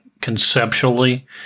conceptually